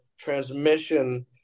transmission